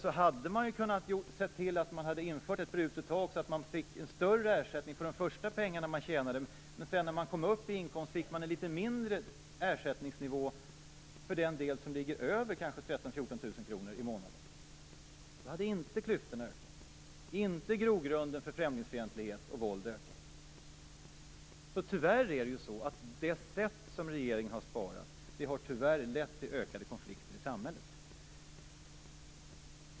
Regeringen hade kunnat införa ett brutet tak för socialförsäkringar, a-kassa, osv. så att ersättningen varit högre för de första pengarna som intjänades. När man kommit upp i inkomst skulle ersättningsnivån varit litet lägre för den del av inkomsten som ligger över 13 000-14 000 kr i månaden. Då hade inte klyftorna och grogrunden för främlingsfientlighet och våld ökat. Tyvärr har det sätt på vilket regeringen har sparat lett till ökade konflikter i samhället.